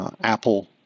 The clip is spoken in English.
Apple